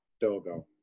Dogo